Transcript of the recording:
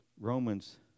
Romans